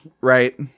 Right